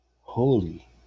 Holy